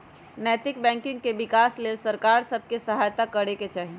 नैतिक बैंकिंग के विकास के लेल सरकार सभ के सहायत करे चाही